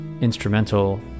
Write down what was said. instrumental